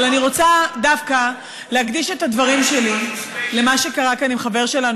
אבל אני רוצה דווקא להקדיש את הדברים שלי למה שקרה כאן עם חבר שלנו,